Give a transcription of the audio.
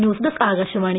news desk Akashvani